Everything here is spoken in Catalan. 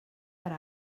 per